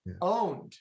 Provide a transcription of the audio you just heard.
owned